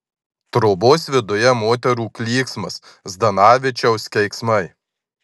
trobos viduje moterų klyksmas zdanavičiaus keiksmai